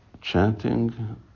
chanting